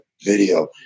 video